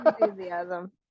enthusiasm